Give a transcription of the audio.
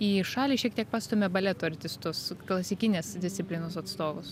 į šalį šiek tiek pastumia baleto artistus klasikinės disciplinos atstovus